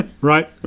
right